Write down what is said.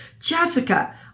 Jessica